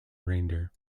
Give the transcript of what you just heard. reindeer